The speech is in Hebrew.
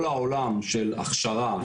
כל העולם של הכשרה,